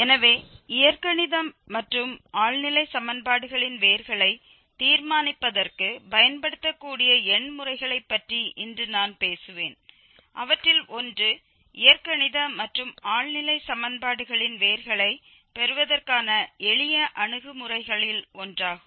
எனவே இயற்கணித மற்றும் ஆழ்நிலை சமன்பாடுகளின் வேர்களை தீர்மானிப்பதற்குப் பயன்படுத்தக்கூடிய எண் முறைகளைப் பற்றி இன்று நான் பேசுவேன் அவற்றில் ஒன்று இயற்கணித மற்றும் ஆழ்நிலை சமன்பாடுகளின் வேர்களை பெறுவதற்கான எளிய அணுகுமுறைகளில் ஒன்றாகும்